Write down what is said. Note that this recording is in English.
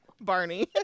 Barney